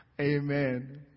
Amen